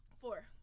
Four